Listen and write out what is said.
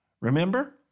Remember